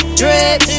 drip